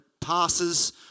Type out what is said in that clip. passes